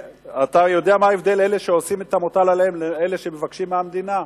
אתה יודע מה ההבדל בין אלה שעושים את המוטל עליהם לאלה שמבקשים מהמדינה?